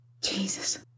Jesus